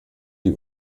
die